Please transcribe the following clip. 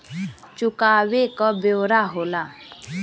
चुकावे क ब्योरा होला